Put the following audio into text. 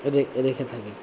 রেখে থাকি